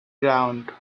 ground